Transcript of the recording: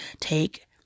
take